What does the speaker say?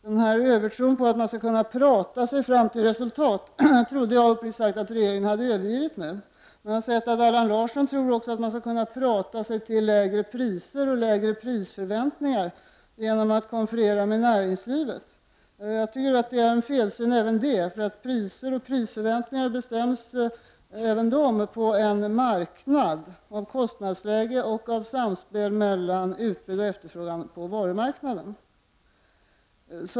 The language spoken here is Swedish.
Den här övertron på att man skall kunna tala sig fram till resultat trodde jag uppriktigt sagt att regeringen nu hade övergivit. Men Allan Larsson tror också att man skall kunna tala sig till lägre priser och lägre prisförväntningar genom att konferera med näringslivet. Jag tycker att även det är en felsyn, eftersom även priser och prisförväntningar bestäms på en marknad av kostnadsläge och av samspel mellan utbud och efterfrågan på varumarknaden.